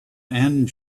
and